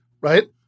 right